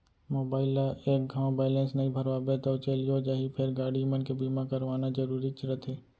mobile ल एक घौं बैलेंस नइ भरवाबे तौ चलियो जाही फेर गाड़ी मन के बीमा करवाना जरूरीच रथे